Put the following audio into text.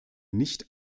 nicht